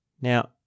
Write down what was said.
Now